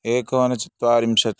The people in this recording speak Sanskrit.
एकोनचत्वारिंशत्